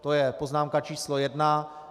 To je poznámka č. 1.